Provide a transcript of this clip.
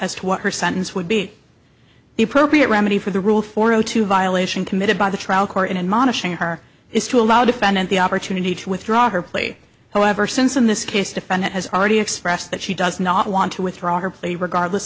as to what her sentence would be the appropriate remedy for the rule for zero two violation committed by the trial court and monitoring her is to allow defendant the opportunity to withdraw her play however since in this case defendant has already expressed that she does not want to withdraw her plea regardless